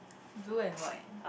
blue and white